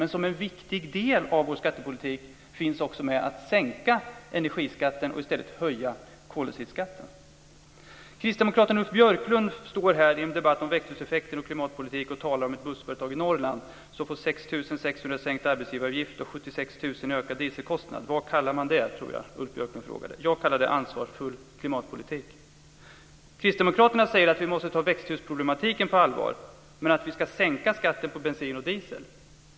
Men som en viktig del av vår skattepolitik finns också med att sänka energiskatten och i stället höja koldioxidskatten. Kristdemokraten Ulf Björklund står här i debatten om växthuseffekt och klimatpolitik och talar om ett bussföretag i Norrland som får 6 600 kr i sänkt arbetsgivaravgift och 76 000 kr i ökad dieselkostnad. Vad kallar man det? tror jag att Ulf Björklund frågade. Jag kallar det ansvarsfull klimatpolitik. Kristdemokraterna säger att vi måste ta växthusproblematiken på allvar, men att vi ska sänka skatten på bensin och diesel.